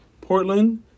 Portland